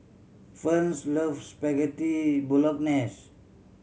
loves Spaghetti Bolognese